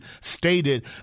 stated